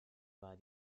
war